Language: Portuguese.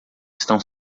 estão